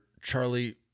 charlie